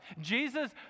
Jesus